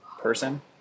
person